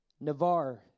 Navarre